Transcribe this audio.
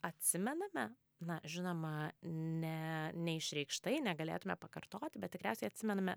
atsimename na žinoma ne neišreikštai negalėtume pakartoti bet tikriausiai atsimename